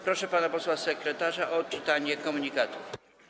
Proszę pana posła sekretarza o odczytanie komunikatów.